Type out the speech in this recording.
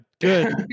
Good